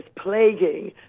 plaguing